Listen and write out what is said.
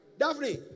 Daphne